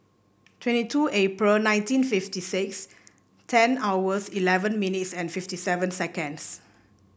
twenty two April nineteen fifty six ten hours eleven minutes and fifty seven seconds